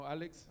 Alex